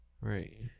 Right